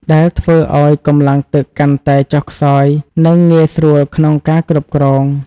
ដែលធ្វើឱ្យកម្លាំងទឹកកាន់តែចុះខ្សោយ និងងាយស្រួលក្នុងការគ្រប់គ្រង។